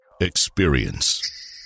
Experience